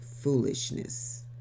foolishness